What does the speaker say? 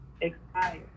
expired